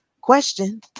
Question